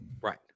Right